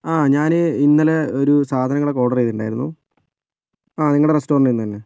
ആ ഞാന് ഇന്നലെ ഒരു സാധനങ്ങളൊക്കെ ഓർഡർ ചെയ്തിട്ടുണ്ടായിരുന്നു ആ നിങ്ങളുടെ റെസ്റ്റോറൻ്റിൽ നിന്ന് തന്നെ